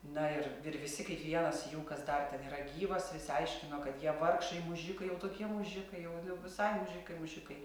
na ir ir visi kaip vienas jų kas dar ten yra gyvas visi aiškino kad jie vargšai mužikai jau tokie mužikai jau visai mužikai mužikai